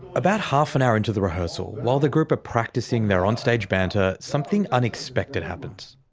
about half an hour into the rehearsal, while the group are practicing their on-stage banter, something unexpected happens.